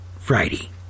Friday